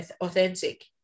authentic